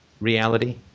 reality